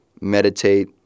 meditate